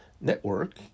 network